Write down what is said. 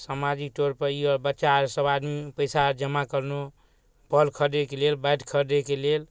समाजी टोलपर ई अइ बच्चा आओर सब आदमी पइसा जमा करलहुँ बॉल खरिदैके लेल बैट खरिदैके लेल